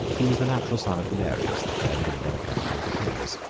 he was the natural son of galerius, the friend and benefactor of licinius.